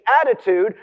attitude